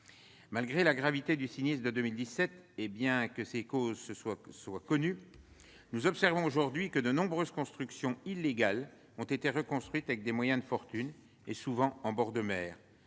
Malgré la gravité du sinistre de 2017, et bien que ses causes soient connues, nous observons aujourd'hui que de nombreuses constructions illégales ont été reconstruites avec des moyens de fortune, et souvent en bord de mer.